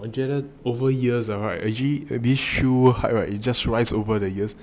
我觉得 over years the right actually this shoes hype right it's just rise over the years